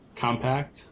compact